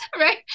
Right